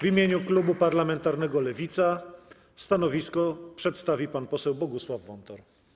W imieniu klubu parlamentarnego Lewica stanowisko przedstawi pan poseł Bogusław Wontor.